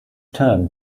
term